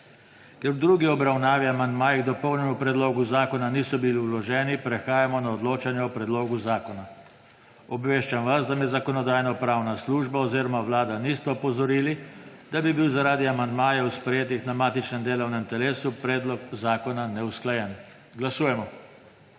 Ker v drugi obravnavi amandmaji k dopolnjenemu predlogu zakona niso bili vloženi, prehajamo na odločanje o predlogu zakona. Obveščam vas, da me Zakonodajno-pravna služba oziroma Vlada nista opozorili, da bi bil zaradi amandmajev, sprejetih na matičnem delovnem telesu, predlog zakona neusklajen. Glasujemo.